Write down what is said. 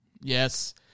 Yes